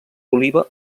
oliva